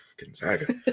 Gonzaga